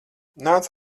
nāc